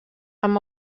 amb